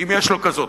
אם יש לו כזאת.